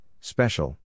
special